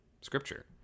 scripture